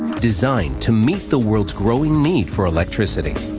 designed to meet the world's growing need for electricity.